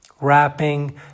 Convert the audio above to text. wrapping